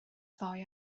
ddoe